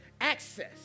access